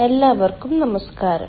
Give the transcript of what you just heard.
എല്ലാവർക്കും നമസ്കാരം